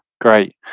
Great